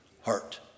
heart